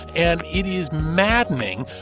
and it is maddening.